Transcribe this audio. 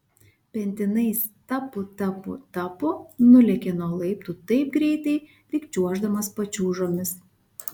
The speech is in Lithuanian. pentinais tapu tapu tapu nulėkė nuo laiptų taip greitai lyg čiuoždamas pačiūžomis